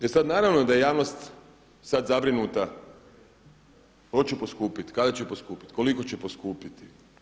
E sad naravno da je javnost sad zabrinuta hoće poskupit, kada će poskupit, koliko će poskupiti.